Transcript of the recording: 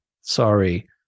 sorry